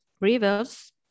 rivers